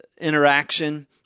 interaction